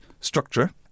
structure